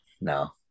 no